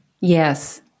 Yes